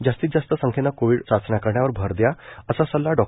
जास्तीत जास्त संख्येनं कोविड चाचण्या करण्यावर भर द्या असा सल्ला डॉ